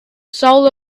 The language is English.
soul